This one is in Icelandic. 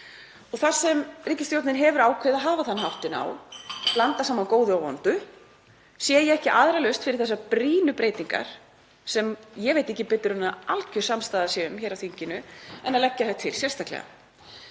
Og þar sem ríkisstjórnin hefur ákveðið að hafa þann háttinn á að blanda saman góðu og vondu sé ég ekki aðra lausn til að koma fram þessum brýnu breytingum, sem ég veit ekki betur en að algjör samstaða sé um hér á þinginu, en að leggja þær til sérstaklega.